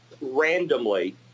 randomly